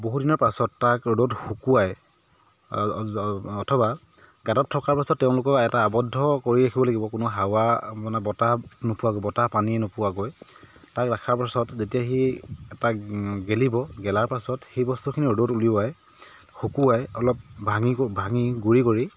বহু দিনৰ পাছত তাক ৰ'দত শুকুৱাই অথবা গাঁতত থকাৰ পাছত তেওঁলোকৰ এটা আবদ্ধ কৰি ৰাখিব লাগিব কোনো হাৱা মানে বতাহ নোপোৱা বতাহ পানী নোপোৱাকৈ তাক ৰখাৰ পাছত যেতিয়া সি তাক গেলিব গেলাৰ পাছত সেই বস্তুখিনি ৰ'দত উলিয়াই শুকুৱাই অলপ ভাঙি ভাঙি গুড়ি কৰি